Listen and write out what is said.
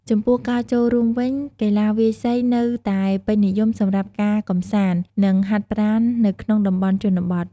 ចំពោះការចូលរួមវិញ កីឡាវាយសីនៅតែពេញនិយមសម្រាប់ការកម្សាន្ត និងហាត់ប្រាណនៅក្នុងតំបន់ជនបទ។